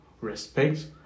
respect